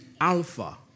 alpha